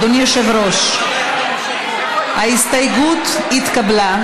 אדוני היושב בראש, ההסתייגות התקבלה.